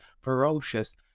ferocious